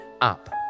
up